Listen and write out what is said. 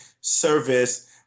service